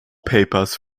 papers